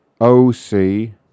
O-C